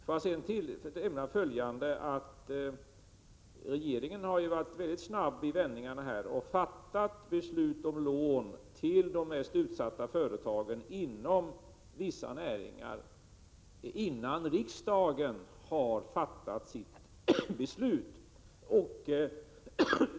Får jag sedan tillägga följande: Regeringen har ju varit väldigt snabb i vändningarna och fattat beslut om lån till de mest utsatta företagen inom vissa näringar, innan riksdagen har fattat sitt beslut.